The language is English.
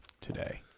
today